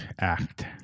act